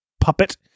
puppet